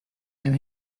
and